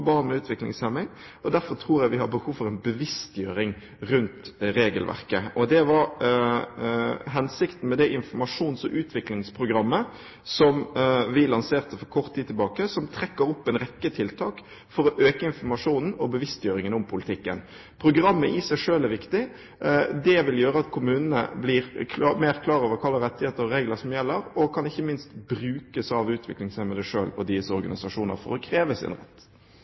barn med utviklingshemning. Derfor tror jeg vi har behov for en bevisstgjøring rundt regelverket. Det var hensikten med det informasjons- og utviklingsprogrammet som vi lanserte for kort tid tilbake, som trekker opp en rekke tiltak for å øke informasjonen og bevisstgjøringen om politikken. Programmet i seg selv er viktig. Det vil gjøre at kommunene blir mer klar over hva slags regler og rettigheter som gjelder, og det kan ikke minst brukes av utviklingshemmede selv og deres organisasjoner til å kreve sin rett.